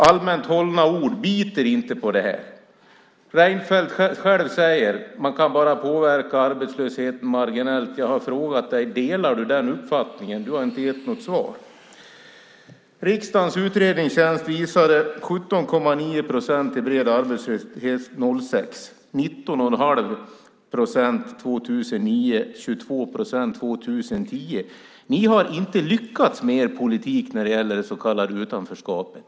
Allmänt hållna ord biter inte på det här. Reinfeldt själv säger att man bara kan påverka arbetslösheten marginellt. Jag har frågat dig om du delar den uppfattningen. Du har inte gett något svar. Riksdagens utredningstjänst visade 17,9 procent i bred arbetslöshet 2006, 19 1⁄2 procent 2009 och 22 procent 2010. Ni har inte lyckats med er politik när det gäller det så kallade utanförskapet.